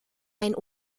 ein